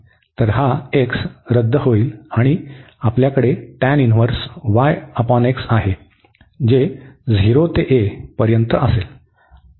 तर हा x रद्द होईल आणि आपल्याकडे tan 1y x आहे जे 0 ते a असेल